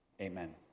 Amen